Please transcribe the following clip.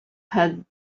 had